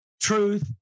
truth